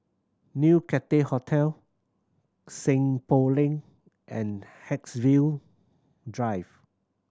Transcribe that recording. New Cathay Hotel Seng Poh Lane and Haigsville Drive